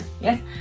yes